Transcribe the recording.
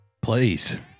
Please